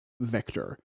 Vector